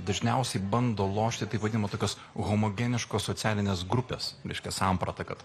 dažniausiai bando lošti taip vadinama tokios homogeniškos socialinės grupės reiškia samprata kad